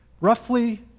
Roughly